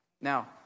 Now